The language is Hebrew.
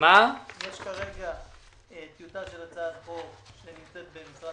יש כרגע טיוטה של הצעת חוק שנמצאת במשרד